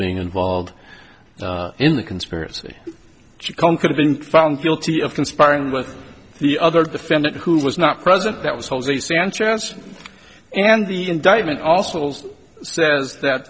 being involved in the conspiracy she could have been found guilty of conspiring with the other defendant who was not present that was jose sanchez and the indictment also says that